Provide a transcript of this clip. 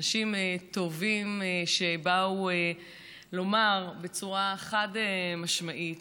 אנשים טובים שבאו לומר בצורה חד-משמעית